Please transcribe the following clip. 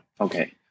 Okay